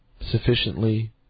sufficiently